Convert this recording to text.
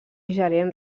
gerent